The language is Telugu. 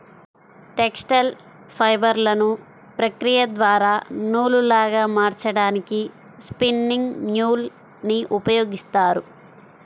టెక్స్టైల్ ఫైబర్లను ప్రక్రియ ద్వారా నూలులాగా మార్చడానికి స్పిన్నింగ్ మ్యూల్ ని ఉపయోగిస్తారు